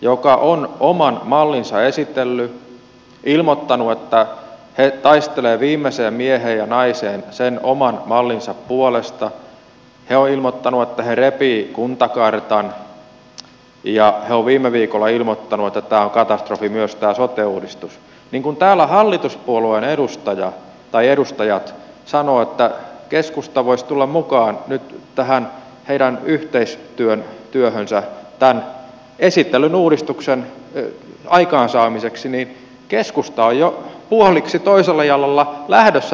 keskusta on oman mallinsa esitellyt ilmoittanut että he taistelevat viimeiseen mieheen ja naiseen sen oman mallinsa puolesta ilmoittanut että he repivät kuntakartan ja viime viikolla ilmoittanut että myös tämä sote uudistus on katastrofi mutta kun täällä hallituspuolueen edustajat sanovat että keskusta voisi tulla mukaan nyt tähän heidän yhteistyöhönsä tämän esitellyn uudistuksen aikaansaamiseksi niin keskusta on jo puoliksi toisella jalalla lähdössä tähän mukaan